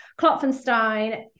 Klopfenstein